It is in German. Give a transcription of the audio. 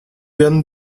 werden